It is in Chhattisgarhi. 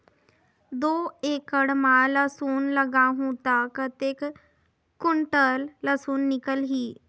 दो एकड़ मां लसुन लगाहूं ता कतेक कुंटल लसुन निकल ही?